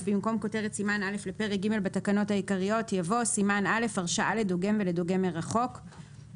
במקום לעשות אותו פעמיים נעשה אותו פעם אחת ודי.